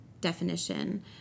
definition